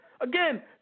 again